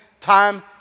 time